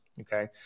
Okay